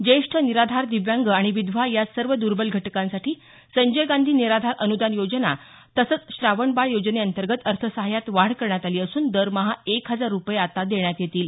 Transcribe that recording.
ज्येष्ठ निराधार दिव्यांग आणि विधवा या सर्व दर्बल घटकांसाठी संजय गांधी निराधार अन्दान योजना तसंच श्रावणबाळ योजनेअंतर्गत अर्थसहाय्यात वाढ करण्यात आली असून दरमहा एक हजार रूपये आता देण्यात येतील